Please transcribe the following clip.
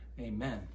Amen